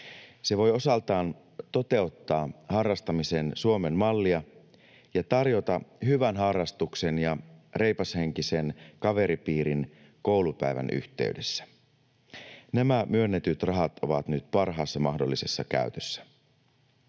Se voi osaltaan toteuttaa harrastamisen Suomen mallia ja tarjota hyvän harrastuksen ja reipashenkisen kaveripiirin koulupäivän yhteydessä. Nämä myönnetyt rahat ovat nyt parhaassa mahdollisessa käytössä.